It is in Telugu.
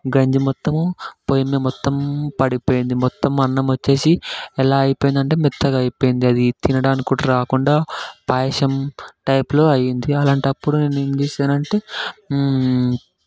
గంజి మొత్తము పొయ్యి మీద మొత్తం పడిపోయింది మొత్తం అన్నం వచ్చేసి ఎలా అయిపోయిందంటే మెత్తగా అయిపోయింది అది తినడానికి కూడా రాకుండా పాయసం టైప్లో అయింది అలాంటప్పుడు నేనేం చేశానంటే